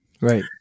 Right